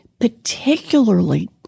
particularly